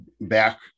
back